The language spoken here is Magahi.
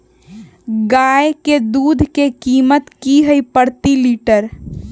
गाय के दूध के कीमत की हई प्रति लिटर?